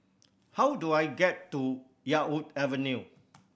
how do I get to Yarwood Avenue